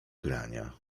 grania